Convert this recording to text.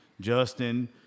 Justin